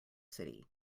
city